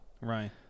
Right